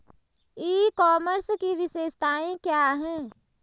ई commerce की विशेषताएं क्या हैं?